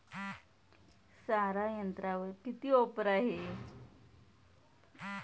सारा यंत्रावर किती ऑफर आहे?